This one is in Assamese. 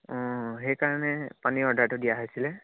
অঁ সেইকাৰণে পানীৰ অৰ্ডাৰটো দিয়া হৈছিলে